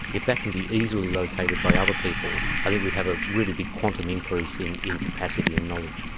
if that can be easily located by other people, i think we'd have a really big quantum increase in in capacity and knowledge.